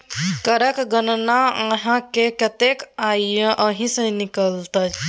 करक गणना अहाँक कतेक आय यै ओहि सँ निकलत